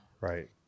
Right